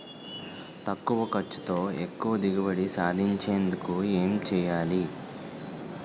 తక్కువ ఖర్చుతో ఎక్కువ దిగుబడి సాధించేందుకు ఏంటి చేయాలి?